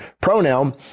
pronoun